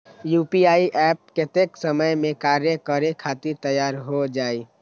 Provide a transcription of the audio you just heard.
UPI app कतेइक समय मे कार्य करे खातीर तैयार हो जाई?